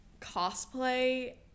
cosplay